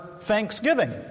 thanksgiving